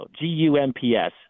G-U-M-P-S